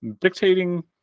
dictating